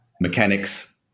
mechanics